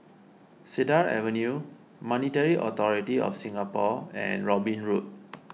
Cedar Avenue Monetary Authority of Singapore and Robin Road